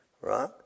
Right